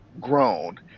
grown